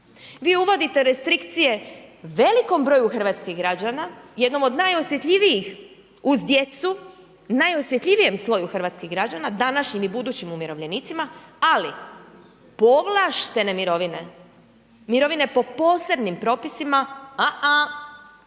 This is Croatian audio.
Vi uvodite restrikcije velikom broju hrvatskih građana, jednom od najosjetljivijih uz djecu, najosjetljivijem sloju hrvatskih građana, današnjim i budućim umirovljenicima, ali povlaštene mirovine, mirovine po posebnim propisima, a-a,